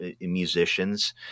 musicians